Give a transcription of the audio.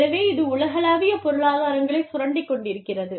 எனவே இது உலகளாவிய பொருளாதாரங்களை சுரண்டிக் கொண்டிருக்கிறது